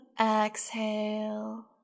exhale